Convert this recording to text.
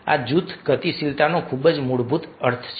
આ જૂથ ગતિશીલતાનો ખૂબ જ મૂળભૂત અર્થ છે